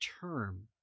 term